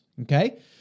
Okay